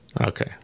Okay